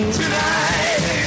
tonight